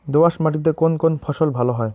দোঁয়াশ মাটিতে কোন কোন ফসল ভালো হয়?